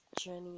journey